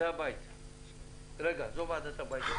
זאת ועדת הבית.